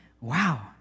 Wow